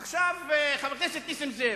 עכשיו, חבר הכנסת נסים זאב,